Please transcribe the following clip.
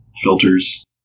filters